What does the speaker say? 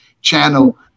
channel